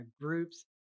groups